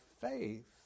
faith